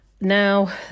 Now